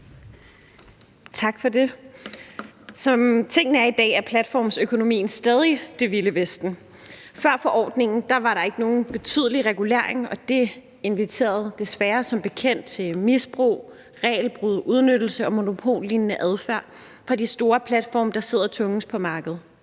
Tak for det. Som tingene er i dag, er platformsøkonomien stadig det vilde vesten. Før forordningen var der ikke nogen betydelig regulering, og det inviterede desværre som bekendt til misbrug, regelbrud, udnyttelse og monopollignende adfærd fra de store platforme, der sidder tungest på markedet.